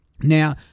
Now